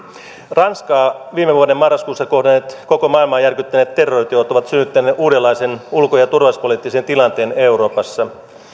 ranskaa viime vuoden marraskuussa kohdanneet koko maailmaa järkyttäneet terroriteot ovat synnyttäneet uudenlaisen ulko ja turvallisuuspoliittisen tilanteen euroopassa